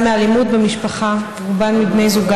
תודה רבה.